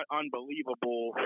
unbelievable